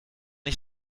ich